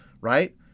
right